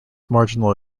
marginal